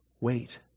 Wait